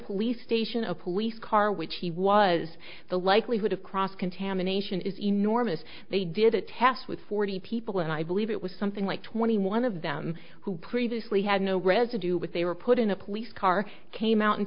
police station a police car which he was the likelihood of cross contamination is enormous they did a test with forty people and i believe it was something like twenty one of them who previously had no residue what they were put in a police car came out and